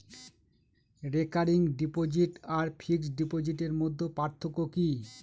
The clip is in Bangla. রেকারিং ডিপোজিট আর ফিক্সড ডিপোজিটের মধ্যে পার্থক্য কি?